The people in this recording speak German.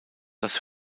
das